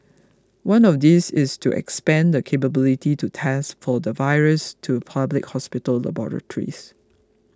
one of these is to expand the capability to test for the virus to public hospital laboratories